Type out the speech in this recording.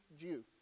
Jew